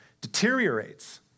deteriorates